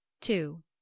Two